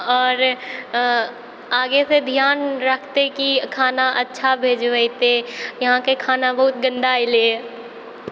आओर आगेसँ धिआन रखतै कि खाना अच्छा भेजबेतै यहाँके खाना बहुत गन्दा अएलै हँ